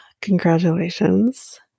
congratulations